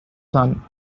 son